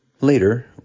Later